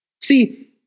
See